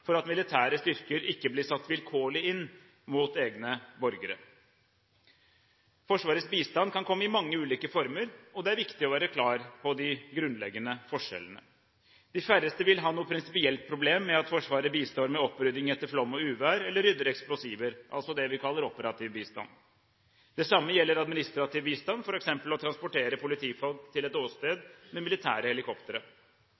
for at militære styrker ikke blir satt vilkårlig inn mot egne borgere. Forsvarets bistand kan komme i mange ulike former, og det er viktig å være klar over de grunnleggende forskjellene. De færreste vil ha noe prinsipielt problem med at Forsvaret bistår med opprydding etter flom og uvær eller rydder eksplosiver, altså det vi kaller operativ bistand. Det samme gjelder administrativ bistand, f.eks. å transportere politifolk til et